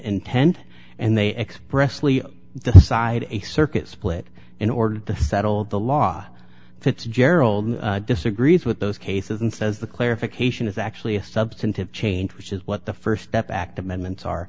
intent and they expressly decided a circuit split in order to settle the law fitzgerald disagrees with those cases and says the clarification is actually a substantive change which is what the st step act amendments are